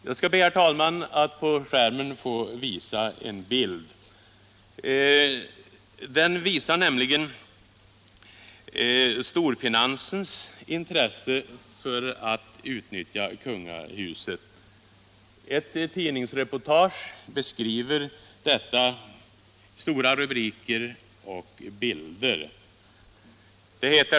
Jag skall be att på TV-skärmen få visa en bild. Den visar storfinansens intresse av att utnyttja kungahuset. Det är ett tidningsreportage med stora rubriker och bilder.